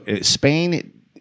Spain